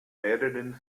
mehreren